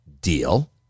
deal